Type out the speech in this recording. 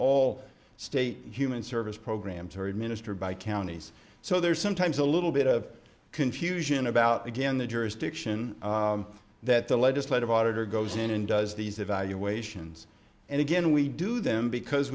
all state human service programs are administered by counties so there is sometimes a little bit of confusion about again the jurisdiction that the legislative auditor goes in and does these evaluations and again we do them because